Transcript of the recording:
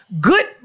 good